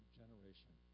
generation